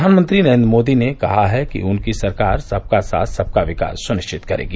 प्रधानमंत्री नरेन्द्र मोदी ने कहा है कि उनकी सरकार सबका साथ सबका विकास सुनिश्चित करेगी